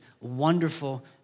wonderful